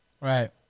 right